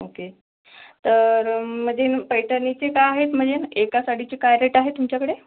okay तर म्हणजे पैठणीचे का आहेत म्हणजे एका साडीचे काय रेट आहेत तुमच्याकडे